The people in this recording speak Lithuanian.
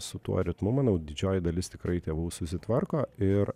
su tuo ritmu manau didžioji dalis tikrai tėvų susitvarko ir